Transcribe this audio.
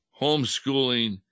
homeschooling